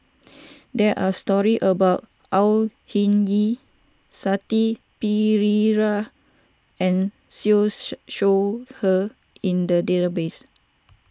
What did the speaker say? there are stories about Au Hing Yee Shanti Pereira and Siew Shaw Her in the database